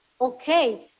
Okay